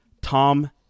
Tom